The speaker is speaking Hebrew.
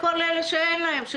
כל אלה שאין להם.